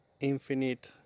Infinite